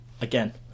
again